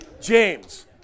James